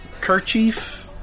kerchief